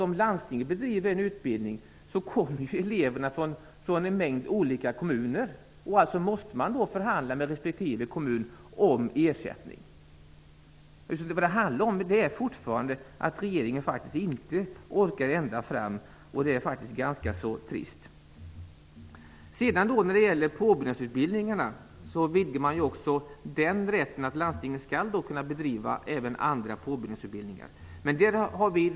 Om landstinget bedriver en utbildning kommer eleverna från en mängd olika kommuner. Alltså måste man förhandla med respektive kommun om ersättning. Det handlar fortfarande om att regeringen inte orkar ända fram, och det är ganska trist. Man vidgar landstingens rätt att bedriva även andra påbyggnadsutbildningar.